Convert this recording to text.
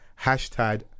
hashtag